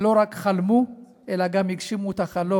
לא רק חלמו אלא גם הגשימו את החלום,